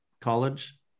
college